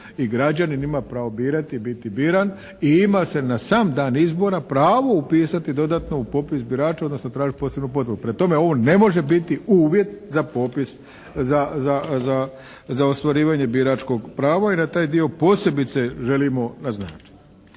i građanin ima pravo birati i biti biran i ima se na sam dan izbora pravo upisati dodatno u popis birača, odnosno tražiti posebnu potvrdu. Prema tome, ovo ne može biti uvjet za ostvarivanje biračkog prava i na taj dio posebice želimo naznačiti.